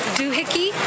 Doohickey